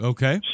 Okay